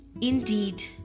Indeed